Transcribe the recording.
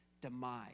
demise